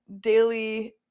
daily